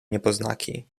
niepoznaki